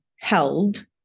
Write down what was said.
held